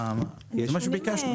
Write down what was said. זה מה שביקשנו.